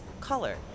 color